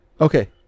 okay